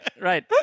right